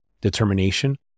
determination